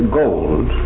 gold